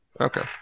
Okay